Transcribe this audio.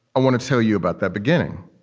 i want to tell you about that beginning.